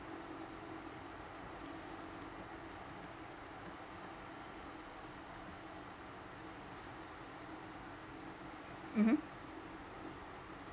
mmhmm